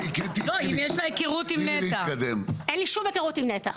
אין לי שום היכרות עם נת"ע,